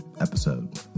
episode